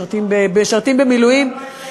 משרתים במילואים,